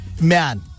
Man